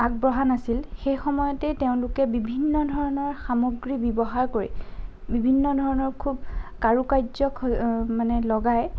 আগবঢ়া নাছিল সেইসময়তে তেওঁলোকে বিভিন্ন ধৰণৰ সামগ্ৰী ব্যৱহাৰ কৰি বিভিন্ন ধৰণৰ খুব কাৰুকাৰ্য মানে লগাই